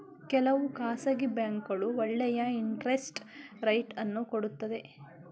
ಕೆಲವು ಖಾಸಗಿ ಬ್ಯಾಂಕ್ಗಳು ಒಳ್ಳೆಯ ಇಂಟರೆಸ್ಟ್ ರೇಟ್ ಅನ್ನು ಕೊಡುತ್ತವೆ